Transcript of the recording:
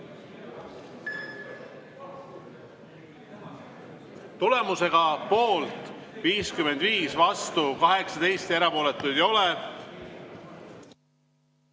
Tulemusega poolt 55, vastu 18 ja erapooletuid ei ole,